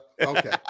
Okay